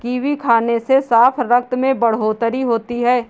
kiwi खाने से साफ रक्त में बढ़ोतरी होती है